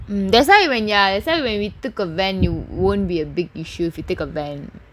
that's why when you are that's why when we took a van it won't be a big issue if you take a van